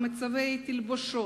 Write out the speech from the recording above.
מעצבי התלבושות,